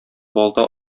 балта